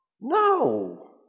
No